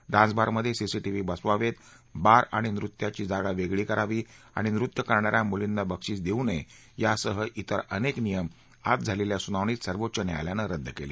डान्सबारमध्ये CCTV बसवावेत bar आणि नृत्याची जागा वेगळी करावी आणि नृत्य करणा या मुलींना बक्षीस देऊ नये यासह इतर अनेक नियम आज झालेल्या सुनावणीत सर्वोच्च न्यायालयानं रद्द केले